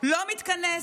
לא מתכנס.